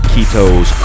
Keto's